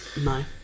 No